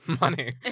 money